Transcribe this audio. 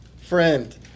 friend